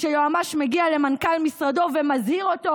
שיועמ"ש מגיע למנכ"ל משרדו ומזהיר אותו: